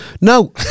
No